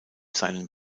seinen